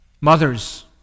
mothers